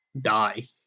die